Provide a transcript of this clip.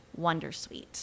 Wondersuite